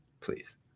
Please